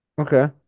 Okay